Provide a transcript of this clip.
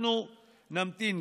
אנחנו נמתין.